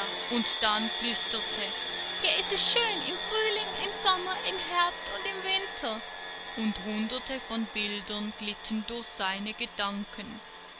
und dann flüsterte hier ist es schön im frühling im sommer im herbst und im winter und hunderte von bildern glitten durch seine gedanken